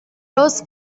ross